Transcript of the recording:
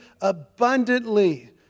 abundantly